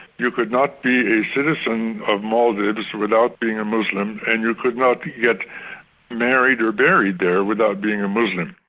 you could not be a citizen of maldives without being a muslim, and you could not get married or buried there without being a muslim.